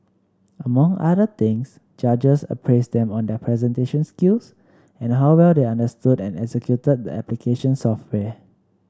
among other things judges appraised them on their presentation skills and how well they understood and executed the application software